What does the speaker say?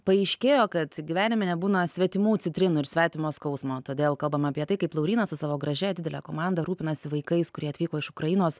paaiškėjo kad gyvenime nebūna svetimų citrinų ir svetimo skausmo todėl kalbame apie tai kaip laurynas su savo gražia didele komanda rūpinasi vaikais kurie atvyko iš ukrainos